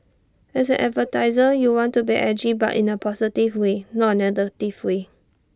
as an advertiser you want to be edgy but in A positive way not A negative way